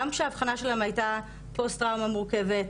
גם כשהאבחנה שלהם הייתה פוסט טראומה מורכבת,